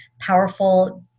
powerful